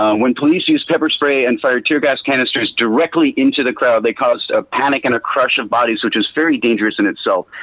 when police use pepper spray and fired tear gas canisters directly into the crowd they caused a panic and a crush of bodies which is dangerous in itself.